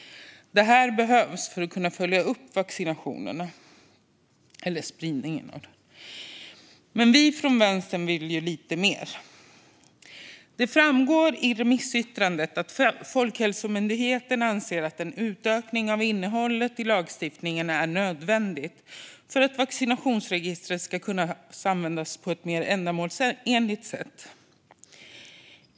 Det här behövs för att kunna följa vaccinationerna och spridningen av dem. Men vi från Vänstern vill lite mer. Det framgår i remissyttranden att Folkhälsomyndigheten anser att en utökning av innehållet i lagstiftningen är nödvändig för att vaccinationsregistret ska kunna användas på ett mer ändamålsenligt sätt.